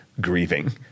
grieving